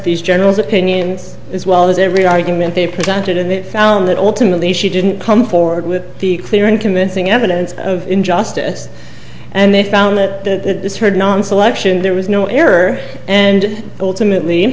these generals opinions as well as every argument they presented and it found that ultimately she didn't come forward with the clear and convincing evidence injustice and they found that this hard non selection there was no error and ultimately